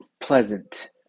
pleasant